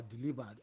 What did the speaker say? delivered